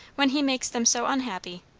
when he makes them so unhappy?